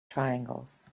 triangles